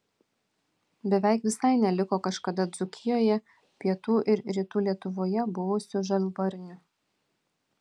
beveik visai neliko kažkada dzūkijoje pietų ir rytų lietuvoje buvusių žalvarnių